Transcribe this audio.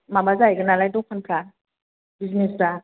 माबा जाहैगोन नालाय दखानफ्रा बिजिनेसफ्रा